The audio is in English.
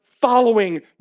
following